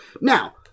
Now